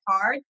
card